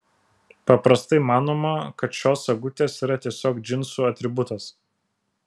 paprastai manoma kad šios sagutės yra tiesiog džinsų atributas